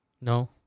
no